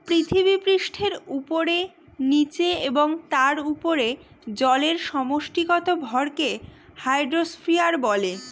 পৃথিবীপৃষ্ঠের উপরে, নীচে এবং তার উপরে জলের সমষ্টিগত ভরকে হাইড্রোস্ফিয়ার বলে